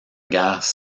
guerre